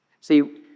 See